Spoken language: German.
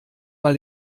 mal